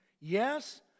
Yes